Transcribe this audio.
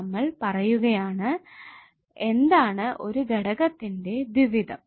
നമ്മൾപറയുകയാണ് എന്താണ് ഒരു ഘടകത്തിന്റെ ദ്വിവിധം